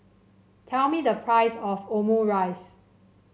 tell me the price of Omurice